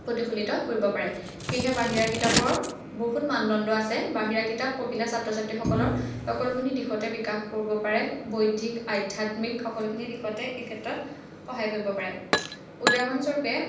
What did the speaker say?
প্ৰতিফলিত কৰিব পাৰে সেয়েহে বাহিৰা কিতাপৰ বহুত মানদণ্ড আছে বাহিৰা কিতাপ পঢ়িলে ছাত্ৰ ছাত্ৰীসকলৰ সকলোখিনি দিশতে বিকাশ পৰিব পাৰে বৌদ্ধিক আধ্যাত্মিক সকলোখিনি দিশতে এইক্ষেত্ৰত সহায় কৰিব পাৰে উদাহৰণস্বৰূপে